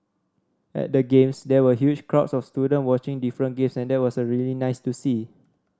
at the games there were huge crowds of students watching different games and that was really nice to see